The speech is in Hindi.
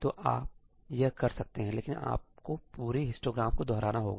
तो आप यह कर सकते हैंलेकिन आपको पूरे हिस्टोग्राम को दोहराना होगा